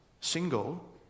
single